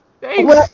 Thanks